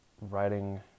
writing